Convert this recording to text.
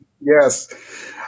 Yes